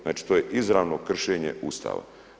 Znači, to je izravno kršenje Ustava.